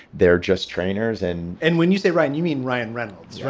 they're just trainers and and when you say right and you mean ryan reynolds.